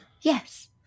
Yes